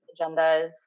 agendas